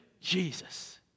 Jesus